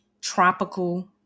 tropical